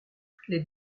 les